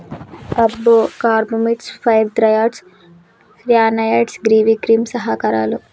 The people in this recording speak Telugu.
అబ్బో కార్బమీట్స్, ఫైర్ థ్రాయిడ్స్, ర్యానాయిడ్స్ గీవి క్రిమి సంహారకాలు